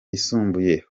yisumbuye